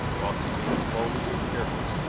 while he ate slowly and carefully,